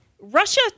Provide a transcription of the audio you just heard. Russia